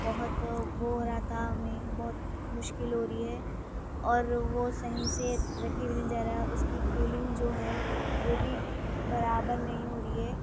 بہت وہ ہو رہا تھا ہمیں بہت مشکل ہو رہی ہے اور وہ صحیح سے رکھی بھی نہیں جا رہا اس کی کولنگ جو ہے وہ بھی برابر نہیں ہو رہی ہے